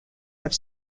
have